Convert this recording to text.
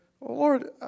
Lord